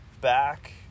back